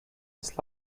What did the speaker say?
his